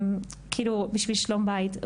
בשביל שלום בית.